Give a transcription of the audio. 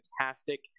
fantastic